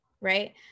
right